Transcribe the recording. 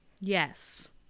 Yes